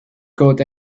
coat